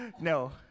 No